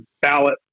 ballot